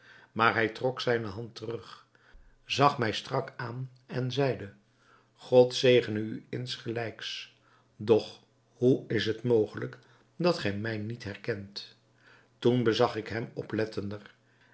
maar hij trok zijne hand terug zag mij strak aan en zeide god zegene u insgelijks doch hoe is het mogelijk dat gij mij niet herkent toen bezag ik hem oplettender